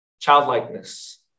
childlikeness